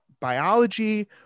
biology